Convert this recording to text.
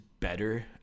Better